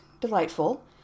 Delightful